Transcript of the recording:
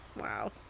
Wow